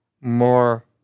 more